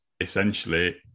essentially